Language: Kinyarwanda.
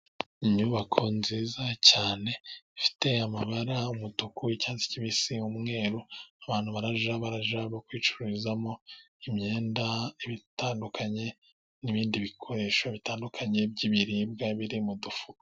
Inyubako nziza cyane ifite amabara: umutuku, icyatsi kibisi, umweru. Abantu barajya baraza Kuricururizamo imyenda ibitandukanye n'ibindi bikoresho bitandukanye by'ibiribwa biri mu dufuka.